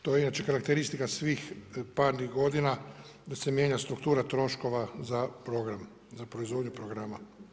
To je inače karakteristika svih parnih godina da se mijenja struktura troškova za program, za proizvodnju programa.